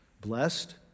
Blessed